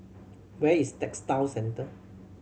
where is Textile Centre